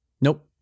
Nope